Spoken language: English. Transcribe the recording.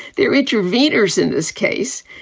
they're interveners in this case.